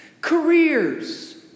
careers